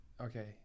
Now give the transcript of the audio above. okay